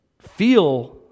feel